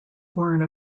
foreign